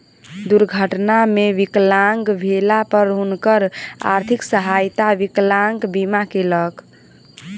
दुर्घटना मे विकलांग भेला पर हुनकर आर्थिक सहायता विकलांग बीमा केलक